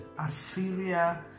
Assyria